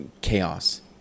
chaos